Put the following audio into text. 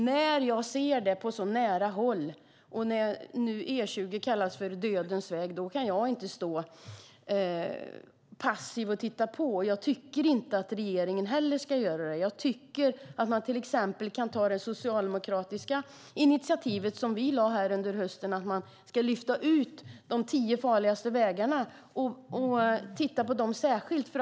När jag ser detta på så nära håll, och när E20 nu kallas för dödens väg kan jag inte stå passiv och titta på. Jag tycker inte att regeringen ska göra det heller. Jag tycker att man till exempel ska ta det socialdemokratiska initiativ som vi lade fram under hösten och lyfta ut de tio farligaste vägarna och titta särskilt på dem.